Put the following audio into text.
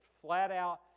flat-out